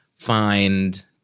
find